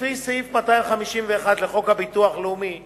לפי סעיף 251 לחוק הביטוח הלאומי ,